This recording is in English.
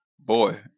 Boy